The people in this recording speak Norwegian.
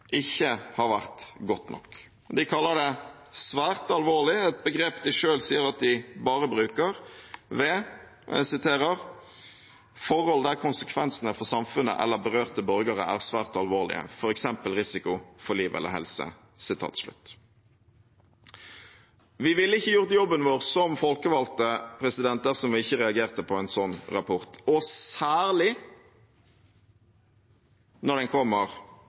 ikke har vært godt nok. De kaller det «svært alvorlig», et begrep de selv sier at de bare bruker «ved forhold der konsekvensene for samfunnet eller berørte borgere er svært alvorlige, for eksempel risiko for liv eller helse». Vi ville ikke gjort jobben vår som folkevalgte dersom vi ikke reagerte på en sånn rapport, særlig ikke når den kommer